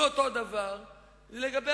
ומנהל